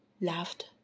laughed